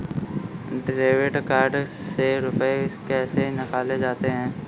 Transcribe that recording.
Debit card से रुपये कैसे निकाले जाते हैं?